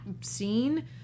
scene